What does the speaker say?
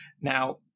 Now